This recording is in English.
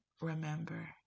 remember